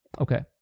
Okay